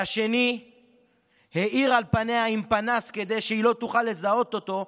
והשני האיר על פניה עם פנס כדי שהיא לא תוכל לזהות אותו,